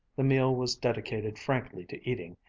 the meal was dedicated frankly to eating,